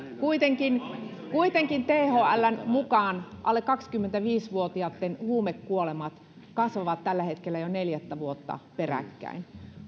kuitenkin kuitenkin thln mukaan alle kaksikymmentäviisi vuotiaitten huumekuolemat kasvavat tällä hetkellä jo neljättä vuotta peräkkäin